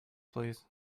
please